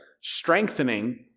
strengthening